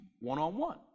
one-on-one